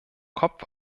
kopf